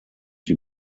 die